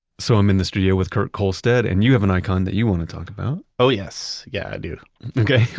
so i'm in the studio with kurt kohlstedt and you have an icon that you want to talk about? oh, yes. yeah, i do okay.